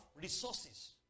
resources